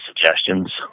suggestions